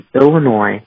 Illinois